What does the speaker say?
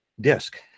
disk